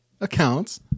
Accounts